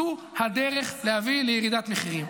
זאת הדרך להביא לירידת מחירים.